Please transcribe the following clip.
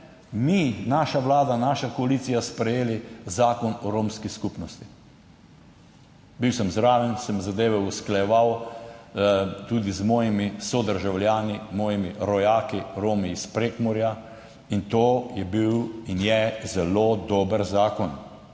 mi, naša vlada, naša koalicija, sprejeli Zakon o romski skupnosti. Bil sem zraven, sem zadeve usklajeval, tudi s svojimi sodržavljani, svojimi rojaki Romi iz Prekmurja, in to je bil in je zelo dober zakon.